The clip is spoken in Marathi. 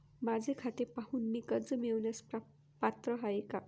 माझे खाते पाहून मी कर्ज मिळवण्यास पात्र आहे काय?